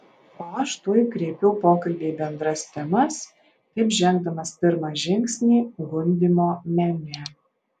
o aš tuoj kreipiau pokalbį į bendras temas taip žengdamas pirmą žingsnį gundymo mene